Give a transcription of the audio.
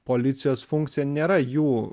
policijos funkcija nėra jų